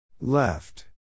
Left